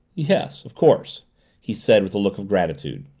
yes of course he said, with a look of gratitude.